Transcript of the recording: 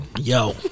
Yo